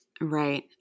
Right